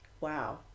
wow